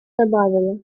добавила